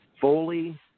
fully